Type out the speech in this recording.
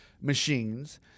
machines